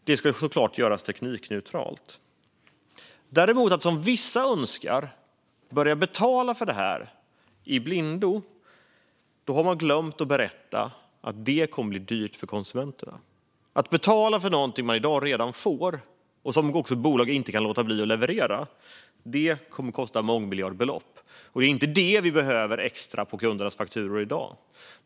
Detta ska såklart göras teknikneutralt. De som däremot, som vissa, önskar att vi ska börja betala för detta i blindo glömmer att berätta att det kommer att bli dyrt för konsumenterna. Att betala för någonting man i dag redan får och som bolagen inte kan låta bli att leverera kommer att kosta mångmiljardbelopp. Det är inte det vi behöver extra på kundernas fakturor i dag.